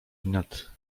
wnet